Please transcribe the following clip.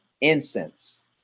incense